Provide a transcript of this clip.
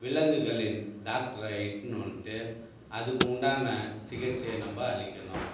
விலங்குகளின் டாக்டரை இழுட்டுன்னு வந்துட்டு அதுக்கு உண்டான சிகிச்சையை நம்ம அளிக்கணும்